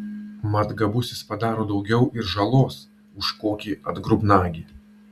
mat gabusis padaro daugiau ir žalos už kokį atgrubnagį